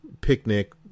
picnic